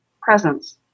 presence